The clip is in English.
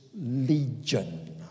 Legion